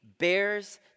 bears